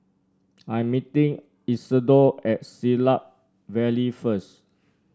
I am meeting Isidore at Siglap Valley first